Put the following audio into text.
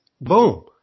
boom